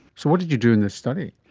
so what did you do in this study?